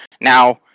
Now